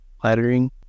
flattering